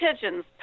pigeons